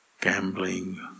gambling